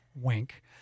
Wink